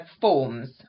forms